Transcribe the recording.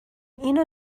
اینو